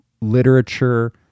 literature